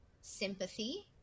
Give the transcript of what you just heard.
sympathy